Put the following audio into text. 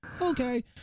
okay